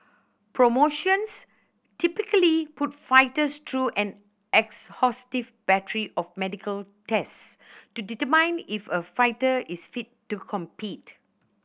promotions typically put fighters through an exhaustive battery of medical tests to determine if a fighter is fit to compete